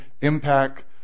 impact